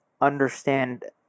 understand